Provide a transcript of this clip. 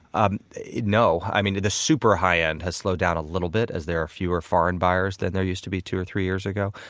ah no. i mean, the super high end has slowed down a little bit as there are fewer foreign buyers than there used to be two or three years ago.